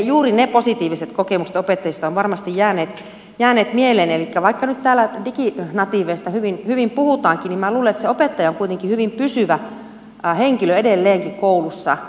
juuri ne positiiviset kokemukset opettajista ovat varmasti jääneet mieleen elikkä vaikka nyt täällä diginatiiveista hyvin puhutaankin niin minä luulen että se opettaja on kuitenkin hyvin pysyvä henkilö edelleenkin koulussa